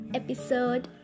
episode